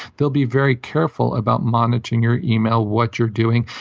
they'll be very careful about monitoring your email, what you're doing,